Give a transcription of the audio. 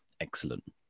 Excellent